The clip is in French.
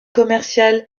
commerciale